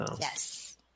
Yes